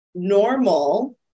normal